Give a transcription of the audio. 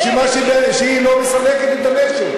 אשמה בזה שהיא לא מסלקת את הנשק.